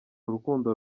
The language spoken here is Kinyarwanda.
urukundo